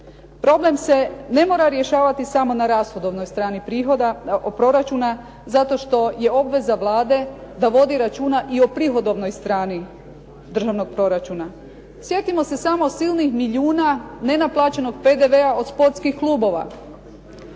Problem se ne mora rješavati samo na rashodovnoj strani prihoda, proračuna, zato što je obveza Vlade da vodi računa i o prihodovnoj strani državnog proračuna. Sjetimo se samo silnih milijuna nenaplaćenog PDV-a od sportskih klubova,